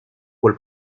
rôle